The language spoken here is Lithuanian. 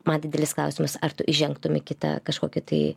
man didelis klausimas ar tu įžengtum į kitą kažkokį tai